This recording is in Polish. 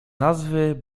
nazwy